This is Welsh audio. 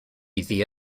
iddi